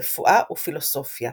רפואה ופילוסופיה.